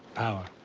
power.